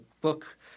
book